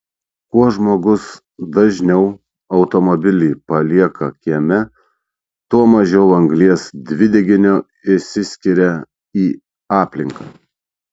kuo žmogus dažniau automobilį palieka kieme tuo mažiau anglies dvideginio išsiskiria į aplinką